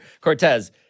Cortez